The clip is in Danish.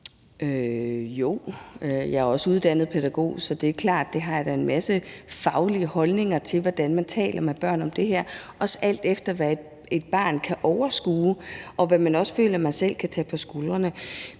Jeg er også uddannet pædagog, og det er klart, at jeg har en masse faglige holdninger til, hvordan man taler med børn om det her – også alt efter hvad de kan overskue og hvad man føler de kan tage på sig. Men